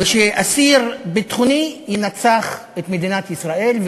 ושאסיר ביטחוני ינצח את מדינת ישראל,